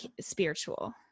spiritual